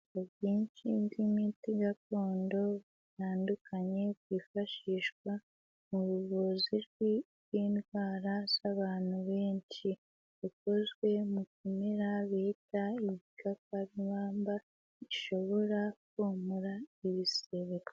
Ubwinshi bw'imiti gakondo butandukanye bwifashishwa mu buvuzi bw'indwara z'abantu benshi. Bukozwe mu bimera bita ibikarubamba bishobora komora ibisebe.